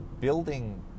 building